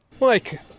Mike